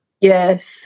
Yes